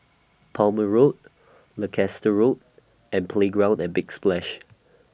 Palmer Road Leicester Road and Playground At Big Splash